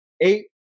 eight